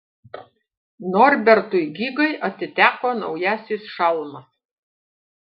norbertui gigai atiteko naujasis šalmas